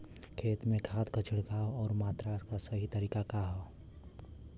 खेत में खाद क छिड़काव अउर मात्रा क सही तरीका का ह?